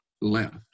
left